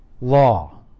law